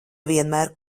vienmēr